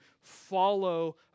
follow